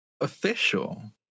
Official